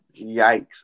yikes